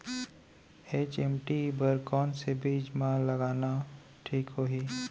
HMT बर कौन से बीज मा लगाना ठीक होही?